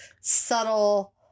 subtle